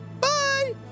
Bye